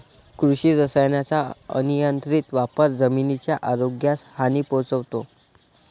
कृषी रसायनांचा अनियंत्रित वापर जमिनीच्या आरोग्यास हानी पोहोचवतो